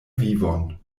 vivon